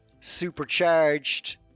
supercharged